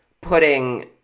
putting